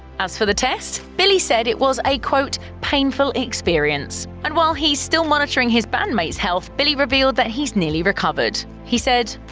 as for the test? billy said it was a quote painful experience. and while he's still monitoring his bandmates' health, billy revealed that he's nearly recovered. he said,